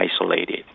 isolated